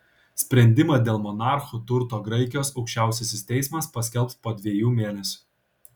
sprendimą dėl monarchų turto graikijos aukščiausiasis teismas paskelbs po dviejų mėnesių